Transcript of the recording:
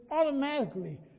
automatically